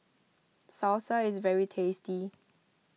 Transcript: salsa is very tasty